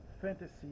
fantasy